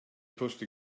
pushed